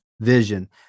Vision